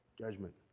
judgment